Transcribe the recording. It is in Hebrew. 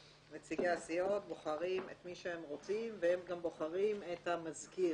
נציגי הסיעות בוחרים את מי שהם רוצים והם גם בוחרים את המזכיר.